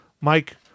Mike